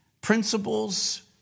principles